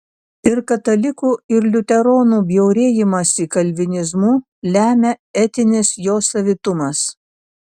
ir katalikų ir liuteronų bjaurėjimąsi kalvinizmu lemia etinis jo savitumas